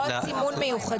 הוראות סימון מיוחדות.